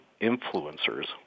influencers